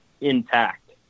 intact